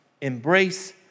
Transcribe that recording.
embrace